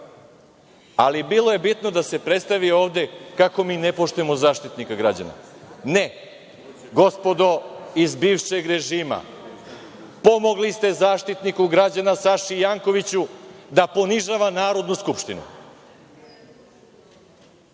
Ali, bilo je bitno da se predstavi ovde kako mi ne poštujemo Zaštitnika građana. Ne, gospodo iz bivšeg režima, pomogli ste Zaštitniku građana Saši Jankoviću da ponižava Narodnu skupštinu.